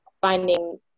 finding